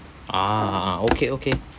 ah okay okay